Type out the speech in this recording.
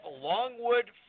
Longwood